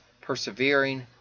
persevering